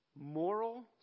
moral